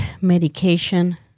medication